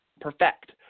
perfect